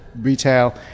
retail